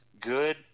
good